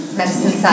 medicine